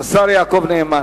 השר יעקב נאמן.